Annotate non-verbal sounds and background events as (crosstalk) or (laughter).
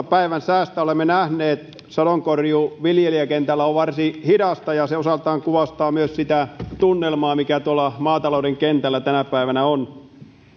(unintelligible) päivän säästä olemme nähneet sadonkorjuu viljelijäkentällä on varsin hidasta ja se osaltaan kuvastaa myös sitä tunnelmaa mikä tuolla maatalouden kentällä tänä päivänä on